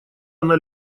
она